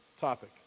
topic